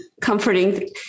comforting